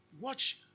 watch